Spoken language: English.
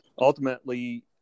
ultimately